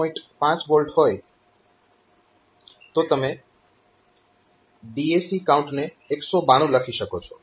5 V હોય તો તમે DAC કાઉન્ટને 192 લખી શકો છો